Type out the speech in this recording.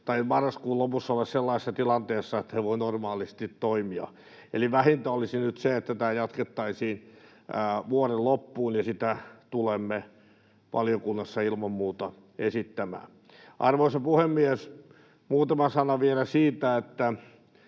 marraskuun lopussa ole sellaisessa tilanteessa, että he voivat normaalisti toimia. Eli vähintä olisi nyt se, että tätä jatkettaisiin vuoden loppuun, ja sitä tulemme valiokunnassa ilman muuta esittämään. Arvoisa puhemies! Muutama sana vielä siitä, onko